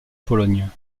pologne